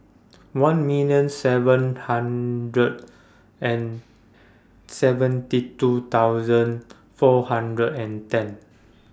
one million seven hundred and seventy two thousand four hundred and ten